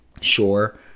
sure